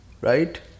right